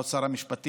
כבוד שר המשפטים,